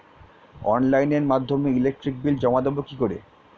অনলাইনের মাধ্যমে electric bill জমা দেবো কি করে?